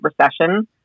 Recession